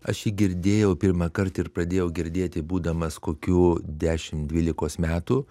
aš jį girdėjau pirmąkart ir pradėjau girdėti būdamas kokių dešimt dvylikos metų